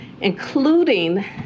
including